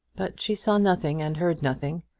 but she saw nothing and heard nothing,